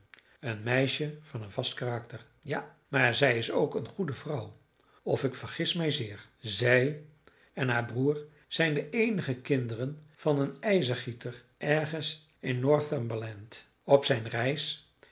een meisje van een vast karakter illustratie want ik vond het gezicht vrij treurig ja maar zij is ook een goede vrouw of ik vergis mij zeer zij en haar broer zijn de eenige kinderen van een ijzergieter ergens in northumberland op zijn reis